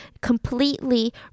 completely